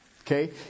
Okay